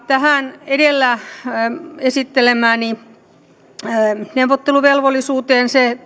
tähän edellä esittelemääni neuvotteluvelvollisuuteen se